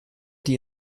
die